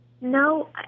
No